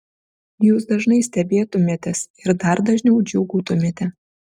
jūs dažnai stebėtumėtės ir dar dažniau džiūgautumėte